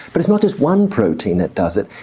but it's not just one protein that does it,